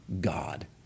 God